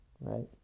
right